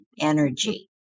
energy